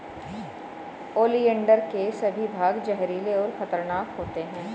oleander के सभी भाग जहरीले और खतरनाक होते हैं